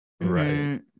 Right